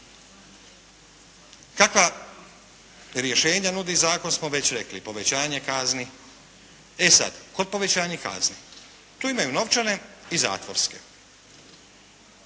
Kakva rješenja nudi zakon smo već rekli, povećanje kazni. E sada, kod povećanja kazni tu imaju novčane i zatvorske.